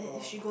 oh